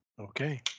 Okay